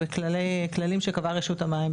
בכללים שקבעה רשות המים,